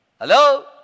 Hello